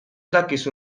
dakizu